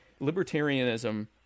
libertarianism